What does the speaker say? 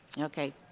Okay